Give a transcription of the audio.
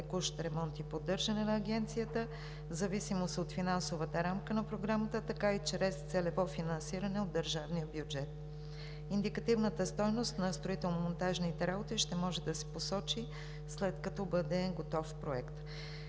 текущ ремонт и поддържане на Агенцията в зависимост от финансовата рамка на програмата, така и чрез целевото финансиране от държавния бюджет. Индикативната стойност на строително-монтажните работи ще може да се посочи, след като бъде готов Проектът.